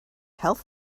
health